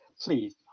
Please